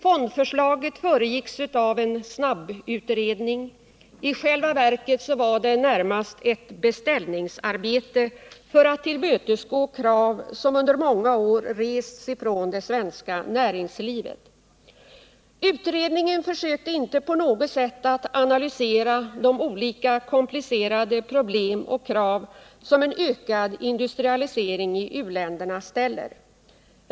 Fondförslaget föregicks av en snabbutredning, i själva verket snarast ett beställningsarbete, för att tillmötesgå krav som under många år rests från det svenska näringslivet. Utredningen sökte inte på något sätt analysera de olika komplicerade problem och krav som en ökad industrialisering i u-länderna ställer.